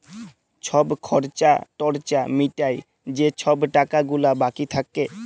ছব খর্চা টর্চা মিটায় যে ছব টাকা গুলা বাকি থ্যাকে